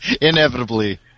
Inevitably